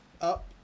up